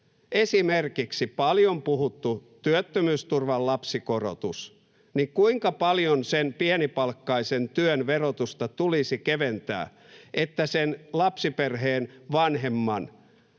Esimerkiksi paljon puhuttu työttömyysturvan lapsikorotus: Kuinka paljon sen pienipalkkaisen työn verotusta tulisi keventää, että lapsiperheen vanhemman